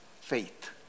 faith